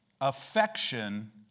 affection